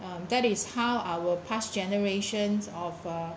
um that is how our past generations of uh